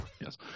yes